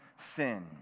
sin